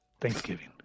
thanksgiving